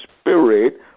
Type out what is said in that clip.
Spirit